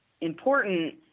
important